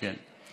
כן.